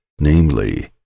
Namely